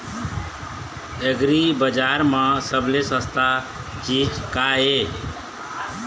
एग्रीबजार म सबले सस्ता चीज का ये?